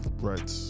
Right